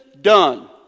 Done